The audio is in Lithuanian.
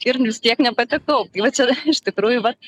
ir vis tiek nepatekau tai va čia iš tikrųjų vat